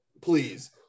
please